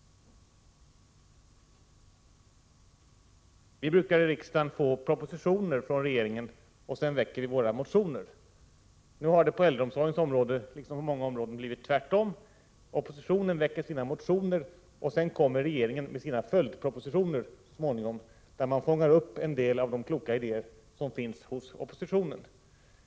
Vi brukar i riksdagen få propositioner från regeringen, och därefter väcker vi våra motioner. Nu har det på äldreomsorgens område, liksom på många andra områden, blivit tvärtom: oppositionen väcker sina motioner och så småningom kommer regeringen med sina följdpropositioner, där den fångar upp en del av de kloka idéer som finns hos oppositionen.